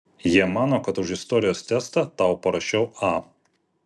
jie mano kad už istorijos testą tau parašiau a